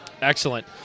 Excellent